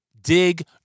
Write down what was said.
Dig